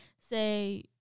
say